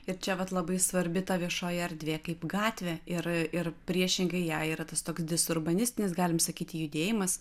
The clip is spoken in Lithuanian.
ir čia vat labai svarbi ta viešoji erdvė kaip gatvė ir ir priešingai jai yra tas toks disurbanistinis galim sakyti judėjimas